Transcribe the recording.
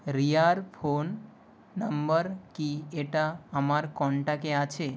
রিয়ার phone number কী এটা আমার কন্ট্যাক্টে আছে